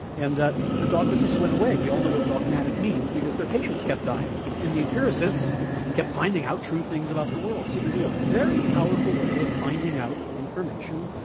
and the dogmatists went away, we all know what dogmatic means because their patients kept dying. and the empiricists kept finding out true things about the world. so this is a very powerful way of finding out information,